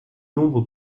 nombre